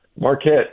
Marquette